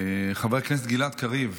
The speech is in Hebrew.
חבר הכנסת גלעד קריב,